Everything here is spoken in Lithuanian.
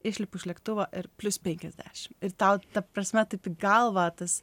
išlipu iš lėktuvo ir plius penkiasdešim ir tau ta prasme taip į galvą tas